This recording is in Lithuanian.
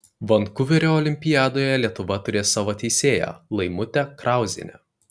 vankuverio olimpiadoje lietuva turės savo teisėją laimutę krauzienę